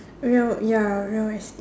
real ya real estate